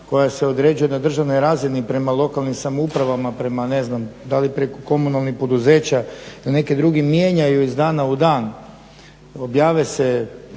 koja su određuje na državnoj razini prema lokalnim samoupravama prema ne znam da li preko komunalnih poduzeća ili neke druge mijenjaju iz dana u dan. Objave se